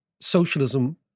socialism